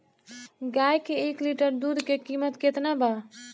गाय के एक लीटर दूध के कीमत केतना बा?